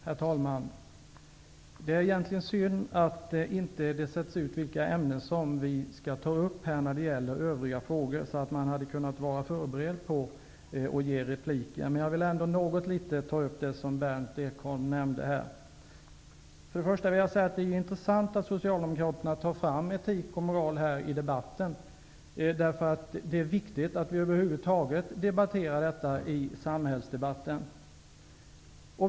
Herr talman! Det är egentligen synd att det inte på talarlistan sätts ut vilka ämnen varje talare under Övriga frågor skall ta upp, så att man hade kunnat vara förberedd och kunnat replikera. Jag vill ändå något ta upp det som Berndt Ekholm nämnde. Det är intressant att Socialdemokraterna tar fram etik och moral här i debatten. Det är viktigt att vi över huvud taget tar upp de frågorna i samhällsdebatten.